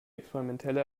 experimentelle